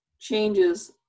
changes